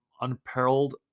unparalleled